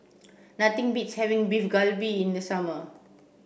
nothing beats having Beef Galbi in the summer